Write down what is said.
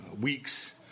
weeks